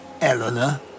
Eleanor